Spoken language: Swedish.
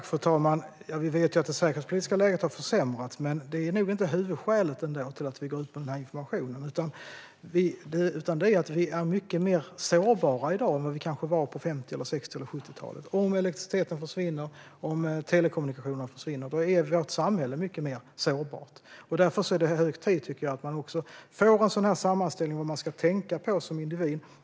Fru talman! Vi vet att det säkerhetspolitiska läget har försämrats, men det är inte huvudskälet till att vi går ut med informationen. Vi är i dag mycket mer sårbara än på 50, 60 eller 70-talet. Om elektriciteten försvinner eller telekommunikationerna försvinner är vårt samhälle mycket mer sårbart. Därför är det hög tid att få en sammanställning om vad man ska tänka på som individ.